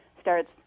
starts